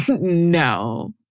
No